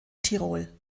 tirol